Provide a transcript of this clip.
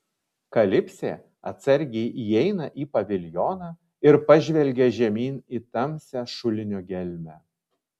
kalipsė atsargiai įeina į paviljoną ir pažvelgia žemyn į tamsią šulinio gelmę